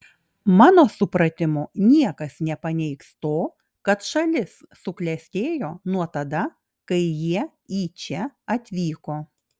mano supratimu niekas nepaneigs to kad šalis suklestėjo nuo tada kai jie į čia atvyko